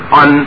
on